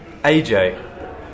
AJ